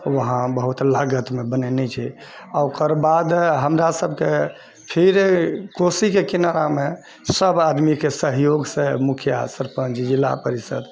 वहाँ बहुत लागतमे बनेने छै आ ओकर बाद हमरासभके फिर कोसीके किनारामे सभ आदमीके सहयोगसँ मुखिआ सरपञ्च जिला परिषद